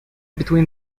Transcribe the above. between